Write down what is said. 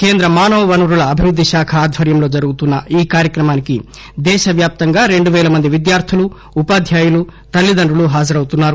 కేంద్ర మానవ వనరుల అభివృద్ది శాఖ ఆధ్వర్యంలో జరుగుతున్న ఈ కార్యక్రమానికి దేశ వ్యాప్తంగా రెండు వేల మంది విద్యార్థులు ఉపాధ్యాయులు తల్లిదండ్రులు హాజరవుతున్నారు